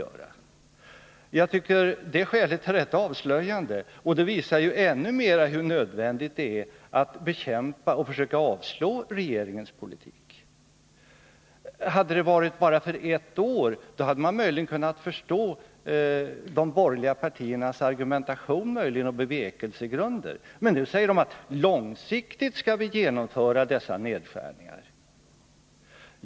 Jag tycker att det skälet är rätt avslöjande, och det visar ännu mer hur nödvändigt det är att bekämpa och försöka förhindra regeringens politik. Hade åtgärderna varit avsedda att vara i kraft under bara ett år hade man möjligen kunnat förstå de borgerliga partiernas argumentation och bevekelsegrunder. Men nu säger de att de långsiktigt skall genomföra dessa nedskärningar.